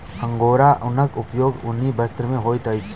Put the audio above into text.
angora ऊनक उपयोग ऊनी वस्त्र में होइत अछि